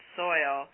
soil